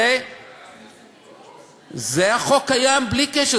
זה החוק, קיים בלי קשר.